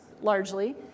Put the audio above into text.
largely